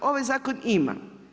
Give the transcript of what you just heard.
Ovaj zakon ima.